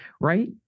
Right